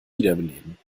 wiederbeleben